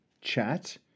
chat